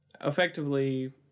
effectively